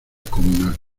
comunal